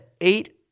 eight